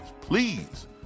please